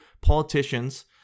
politicians